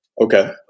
Okay